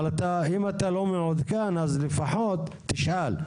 אבל אם אתה לא מעודכן אז לפחות תשאל,